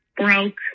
broke